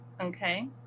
Okay